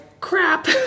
crap